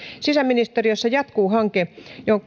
sisäministeriössä jatkuu hanke